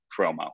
promo